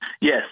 Yes